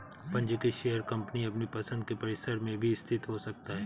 पंजीकृत share company अपनी पसंद के परिसर में भी स्थित हो सकता है